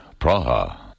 Praha